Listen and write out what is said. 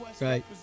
Right